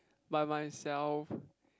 by myself